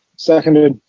second it.